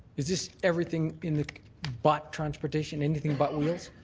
is this everything but transportation, anything but wheels?